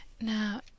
Now